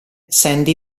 sandy